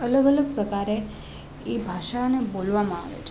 અલગ અલગ પ્રકારે એ ભાષાને બોલવામાં આવે છે